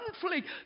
conflict